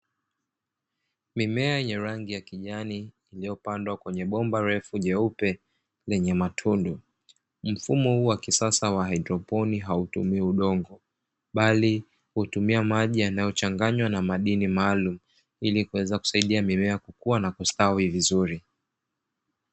Mimea yenye rangi ya kijani iliopandwa kwenye bomba refu, jeupe lenye matundu. Mfumo huu wa kisasa wa haidroponi hautumii udongo bali hutumia maji yanayochanganywa na madini maalumu ili kuweza kusaidia mimea kukua na kustawi vizuri.